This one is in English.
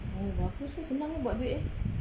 oh bagus eh senang eh buat duit eh